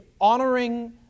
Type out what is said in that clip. honoring